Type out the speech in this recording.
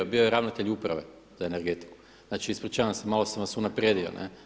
Bio je ravnatelj uprave za energetiku, znači ispričavam se malo sam vas unaprijedio.